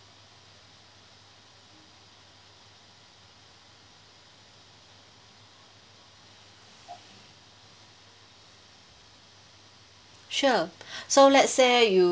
sure so let's say you